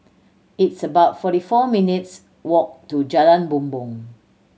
it's about forty four minutes' walk to Jalan Bumbong